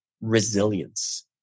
resilience